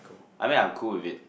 I mean I'm cool with it